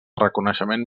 reconeixement